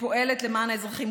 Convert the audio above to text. שפועלת למען האזרחים.